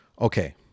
Okay